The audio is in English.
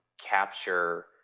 capture